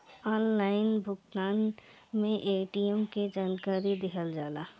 Online भुगतान में ATM के जानकारी दिहल जाला?